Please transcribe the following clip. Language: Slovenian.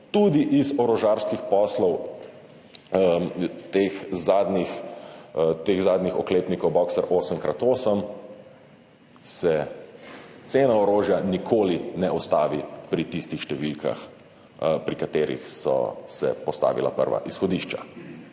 tudi iz orožarskih poslov teh zadnjih oklepnikov boxer 8x8, se cena orožja nikoli ne ustavi pri tistih številkah, pri katerih so se postavila prva izhodišča.